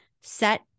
set